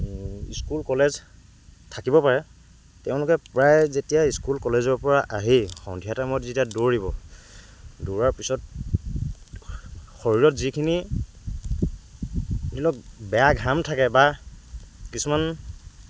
school college থাকিব পাৰে তেওঁলোকে প্ৰায় যেতিয়া স্কুল কলেজৰ পৰা আহি সন্ধিয়া টাইমত যেতিয়া দৌৰিব দৌৰাৰ পিছত শৰীৰত যিখিনি ধৰি লওক বেয়া ঘাম থাকে বা কিছুমান